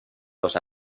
los